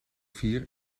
vier